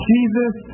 Jesus